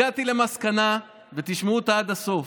הגעתי למסקנה, ותשמעו אותה עד הסוף: